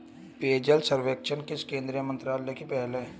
पेयजल सर्वेक्षण किस केंद्रीय मंत्रालय की पहल है?